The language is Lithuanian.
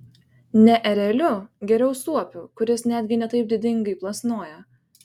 ne ereliu geriau suopiu kuris netgi ne taip didingai plasnoja